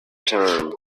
term